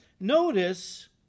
Notice